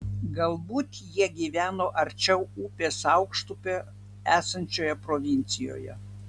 galbūt jie gyveno arčiau upės aukštupio esančioje provincijoje